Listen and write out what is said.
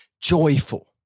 joyful